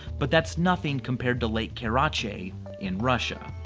but that's nothing compared to lake karachay in russia.